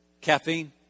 Caffeine